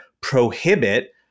prohibit